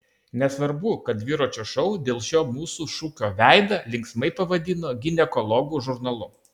nesvarbu kad dviračio šou dėl šio mūsų šūkio veidą linksmai pavadino ginekologų žurnalu